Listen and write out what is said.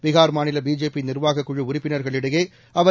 பீகார் மாநில பிஜேபி நிர்வாகக் குழு உறுப்பினர்கள் இடையே அவர்